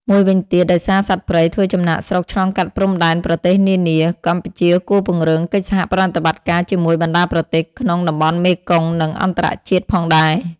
មួយវិញទៀត ដោយសារសត្វព្រៃធ្វើចំណាកស្រុកឆ្លងកាត់ព្រំដែនប្រទេសនានា កម្ពុជាគួរពង្រឹងកិច្ចសហប្រតិបត្តិការជាមួយបណ្ដាប្រទេសក្នុងតំបន់មេគង្គ និងអន្តរជាតិផងដែរ។